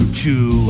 Chew